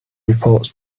reports